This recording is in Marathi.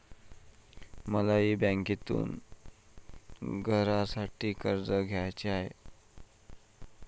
मलाही बँकेतून घरासाठी कर्ज घ्यायचे आहे